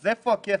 אז איפה הכסף?